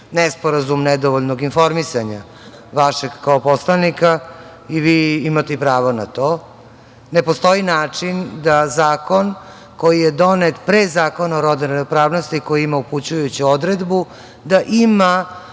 nesporazum nedovoljnog informisanja vašeg kao poslanika i vi imate i pravo na to. Ne postoji način da zakon koji je donet pre Zakona o rodnoj ravnopravnosti koji ima upućujuću odredbu, da ima